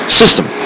system